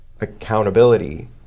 accountability